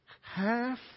Half